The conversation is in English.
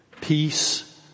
Peace